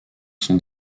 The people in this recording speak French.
sont